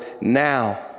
now